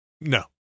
no